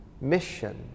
mission